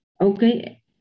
okay